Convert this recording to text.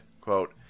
quote